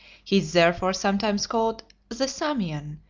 he is therefore sometimes called the samian,